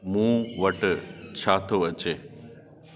मूं वटि छा थो अचे